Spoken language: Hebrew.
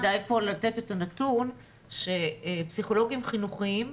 אולי כדאי פה לתת את הנתון שפסיכולוגים חינוכיים,